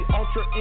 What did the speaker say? Ultra